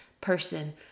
person